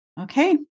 Okay